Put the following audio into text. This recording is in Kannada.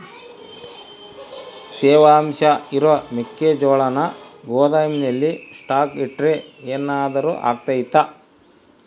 ತೇವಾಂಶ ಇರೋ ಮೆಕ್ಕೆಜೋಳನ ಗೋದಾಮಿನಲ್ಲಿ ಸ್ಟಾಕ್ ಇಟ್ರೆ ಏನಾದರೂ ಅಗ್ತೈತ?